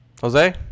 Jose